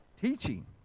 teaching